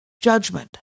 judgment